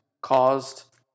caused